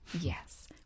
Yes